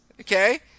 Okay